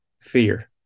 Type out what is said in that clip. fear